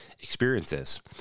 experiences